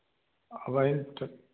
वही तो